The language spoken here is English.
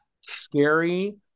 scary